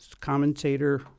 commentator